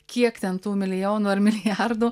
kiek ten tų milijonų ar milijardų